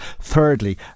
Thirdly